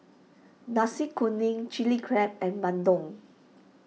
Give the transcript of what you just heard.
Nasi Kuning Chili Crab and Bandung